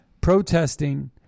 protesting